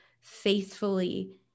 faithfully